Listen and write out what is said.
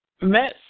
Met